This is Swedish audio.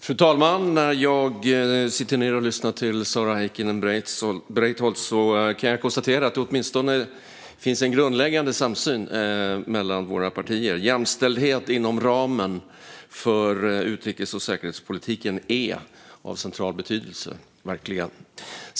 Fru talman! När jag satt ned och lyssnade till Sara Heikkinen Breitholtz kunde jag konstatera att det åtminstone finns en grundläggande samsyn mellan våra partier. Jämställdhet inom ramen för utrikes och säkerhetspolitiken är av central betydelse.